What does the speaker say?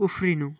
उफ्रिनु